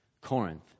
Corinth